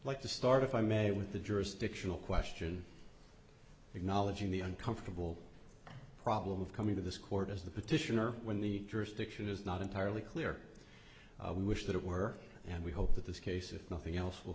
like to start if i may with the jurisdictional question acknowledging the uncomfortable problem of coming to this court as the petitioner when the jurisdiction is not entirely clear we wish that it were and we hope that this case if nothing else will